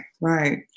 right